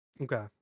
Okay